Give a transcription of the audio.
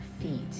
feet